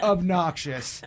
Obnoxious